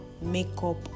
makeup